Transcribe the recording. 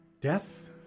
death